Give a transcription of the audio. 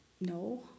No